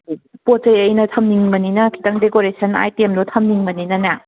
ꯄꯣꯠ ꯆꯩ ꯑꯩꯅ ꯊꯝꯅꯤꯡꯕꯅꯤꯅ ꯈꯤꯇꯪ ꯗꯦꯀꯣꯔꯦꯁꯟ ꯑꯥꯏꯇꯦꯝꯗꯣ ꯊꯝꯅꯤꯡꯕꯅꯤꯅꯅꯦ